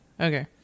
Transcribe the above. Okay